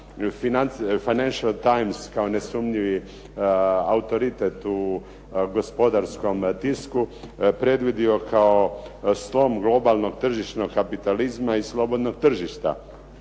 "Financial Times" kao nesumnjivi autoritet u gospodarskom disku predvidio kao slom globalnog tržišnog kapitalizma i slobodnog tržišta.